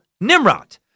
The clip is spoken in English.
Nimrod